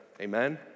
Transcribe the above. Amen